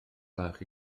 bach